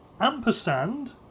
ampersand